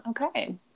okay